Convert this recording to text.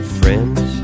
friends